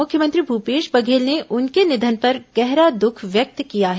मुख्यमंत्री भूपेश बघेल ने उनके निधन पर गहरा दुख व्यक्त किया है